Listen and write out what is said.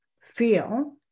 feel